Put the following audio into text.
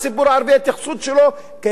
ההתייחסות כאל אויב.